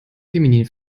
feminin